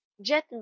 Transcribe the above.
Jet